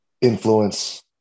influence